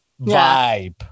vibe